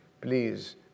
please